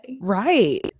Right